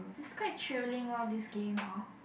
is quite thrilling lor this game hor